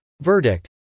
Verdict